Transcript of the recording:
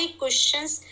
questions